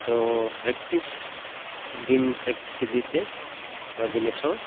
ᱛᱚ ᱯᱨᱮᱠᱴᱤᱥ ᱫᱤᱱ ᱯᱨᱮᱠᱴᱤᱥ ᱤᱫᱤ ᱛᱮ ᱱᱚᱣᱟ ᱡᱤᱱᱤᱥ ᱦᱚᱸ